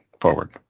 forward